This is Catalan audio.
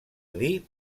dir